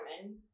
women